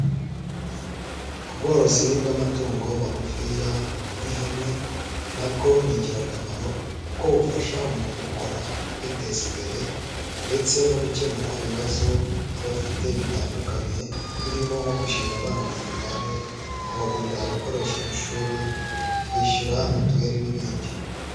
Ubworozi bw'amatungo magufi ya nk'ihene nabwo ni ingirakamaro, kuko bufasha umuntu ubukora kwiteza imbere ndetse no gukemura ibibazo abafite bitandukanye birimo nko kwishyurira abana minerevare, kubagurira ibikoresho by'ishuri, kwishyura mituweli n'ibindi.